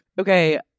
Okay